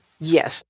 Yes